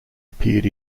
appeared